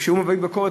וכשהוא מעביר ביקורת,